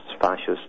fascists